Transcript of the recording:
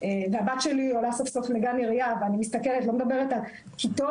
והבת שלי עולה סוף סוף לגן עירייה ואני מסתכלת ולא מדברת על כיתות,